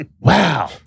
Wow